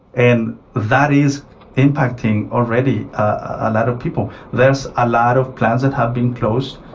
and that is impacting already a lot of people. there's a lot of plants that have been closed.